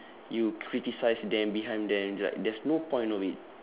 you criticise them behind them is like there's no point of it